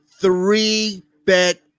three-bet